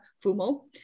Fumo